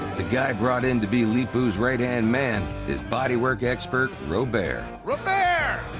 the guy brought in to be leepu's right-hand man is bodywork expert robert. robert!